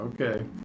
Okay